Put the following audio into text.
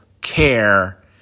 care